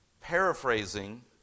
paraphrasing